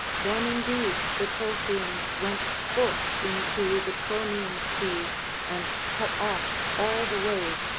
then indeed the colchians went forth into the cronian sea and cut off all the ways,